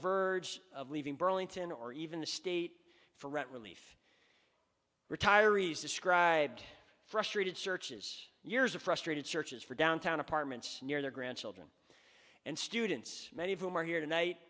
verge of leaving burlington or even the state for rent relief retirees described frustrated searches years of frustrated searches for downtown apartments near their grandchildren and students many of whom are here tonight